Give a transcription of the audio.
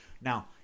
now